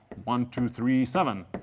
one, two, three, seven.